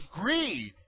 greed